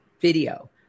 video